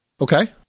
Okay